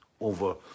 over